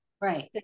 Right